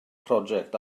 project